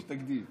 יש תקדים.